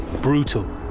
brutal